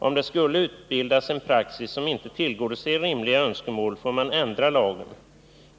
Om det skulle utbildas en praxis som inte tillgodoser rimliga önskemål får man ändra lagen.